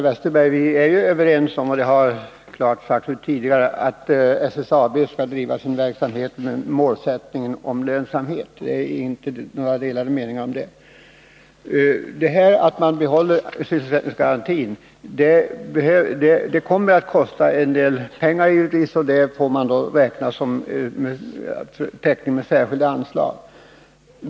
Fru talman! Jag har tidigare klart sagt att SSAB skall driva sin verksamhet med målsättningen om lönsamhet. Det finns alltså inga delade meningar om det. Det kommer givetvis att kosta en del pengar att behålla sysselsättningsgarantin, och de utgifterna får täckas med särskilda anslag.